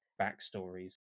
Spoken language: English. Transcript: backstories